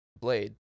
blade